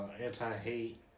anti-hate